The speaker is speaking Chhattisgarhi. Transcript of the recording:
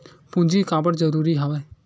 पूंजी काबर जरूरी हवय?